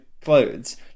clothes